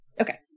Okay